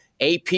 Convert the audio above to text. AP